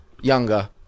younger